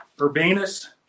Urbanus